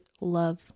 love